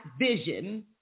vision